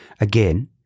again